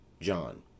John